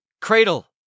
Cradle